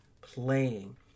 playing